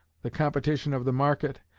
the competition of the market,